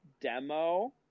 demo